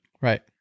Right